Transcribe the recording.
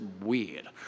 weird